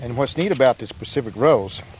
and what's neat about this pacific rose,